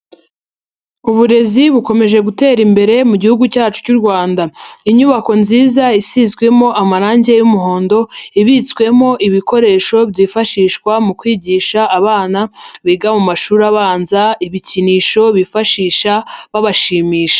Uburezi bukomeje gutera imbere mu gihugu cyacu cy'u Rwanda, inyubako nziza isizwemo amarangi y'umuhondo, ibitswemo ibikoresho byifashishwa mu kwigisha abana biga mu mashuri abanza ibikinisho bifashisha babashimisha.